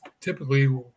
typically